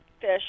fish